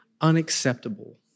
unacceptable